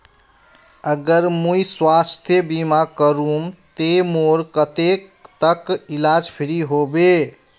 अगर मुई स्वास्थ्य बीमा करूम ते मोर कतेक तक इलाज फ्री होबे?